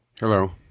Hello